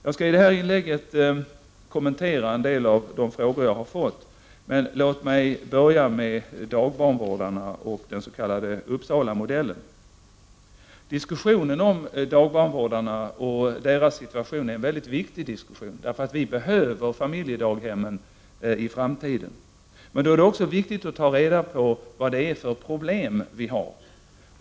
Jag skall i detta inlägg kommentera en del av de frågor som jag har fått, och jag vill börja med dagbarnvårdarna och den s.k. Uppsalamodellen. Diskussionen om dagbarnvårdarna och deras situation är mycket viktig, därför att familjedaghemmen behövs i framtiden. Det är då också viktigt att ta reda på vilka problemen är.